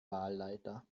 wahlleiter